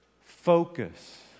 focus